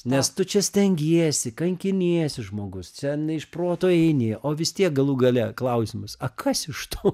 nes tu čia stengiesi kankiniesi žmogus čia iš proto eini o vis tiek galų gale klausimas kas iš to